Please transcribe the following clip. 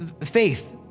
faith